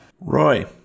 Roy